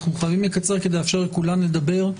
אנחנו חייבים לקצר כדי לאפשר לכולן לדבר,